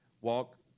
walk